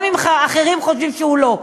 גם אם אחרים חושבים שהוא לא.